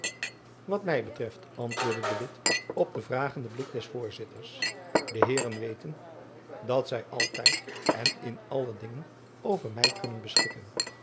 wat my betreft antwoordde de witt op den vragenden blik des voorzitters de heeren weten dat zy altijd en in alle dingen over my kunnen beschikken